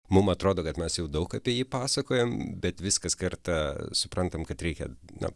mum atrodo kad mes jau daug apie jį pasakojam bet vis kas kartą suprantam kad reikia na